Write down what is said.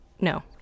no